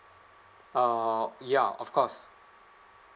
oh ya of course